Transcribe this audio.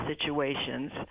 situations